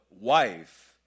wife